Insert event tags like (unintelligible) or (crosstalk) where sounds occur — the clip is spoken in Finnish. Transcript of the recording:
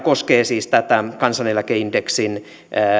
(unintelligible) koskee siis tätä kansaneläkeindeksiin